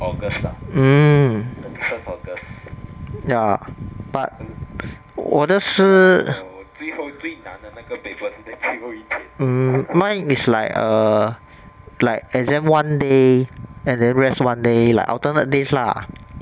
mm ya but 我的是 hmm mine is like err like exam one day and then rest one day like alternate days lah